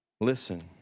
Listen